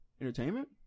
Entertainment